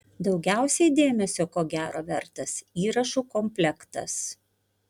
daugiausiai dėmesio ko gero vertas įrašų komplektas